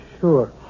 sure